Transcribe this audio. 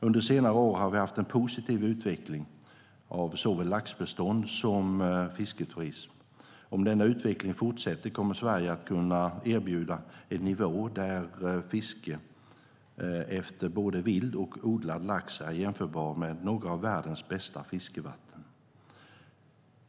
Under senare år har vi haft en positiv utveckling av såväl laxbestånd som fisketurism. Om denna utveckling fortsätter kommer Sverige att kunna erbjuda en nivå där fisket efter både vild och odlad lax är jämförbar med några av världens bästa fiskevatten.